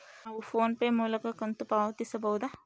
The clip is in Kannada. ನಾವು ಫೋನ್ ಪೇ ಮೂಲಕ ಕಂತು ಪಾವತಿಸಬಹುದಾ?